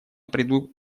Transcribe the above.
приду